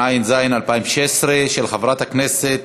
התשע"ז 2016, של חברת הכנסת